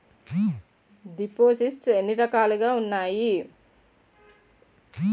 దిపోసిస్ట్స్ ఎన్ని రకాలుగా ఉన్నాయి?